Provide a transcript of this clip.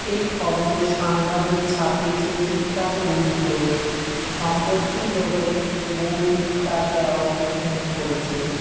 এই খবর সাংবাদিক ছাপিয়েছে ঠিক তার উলটো সম্পত্তির লোভে বৌদি তার দেওরকে খুন করেছে